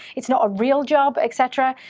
it's not a real job, et cetera.